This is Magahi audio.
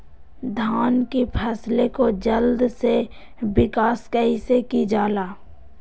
धान की फसलें को जल्दी से विकास कैसी कि जाला?